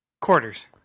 Quarters